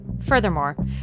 Furthermore